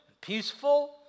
peaceful